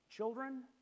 Children